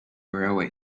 railway